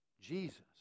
Jesus